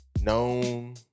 known